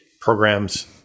programs